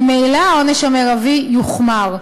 ממילא העונש המרבי יוחמר.